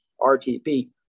RTP